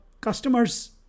customers